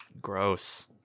gross